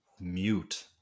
mute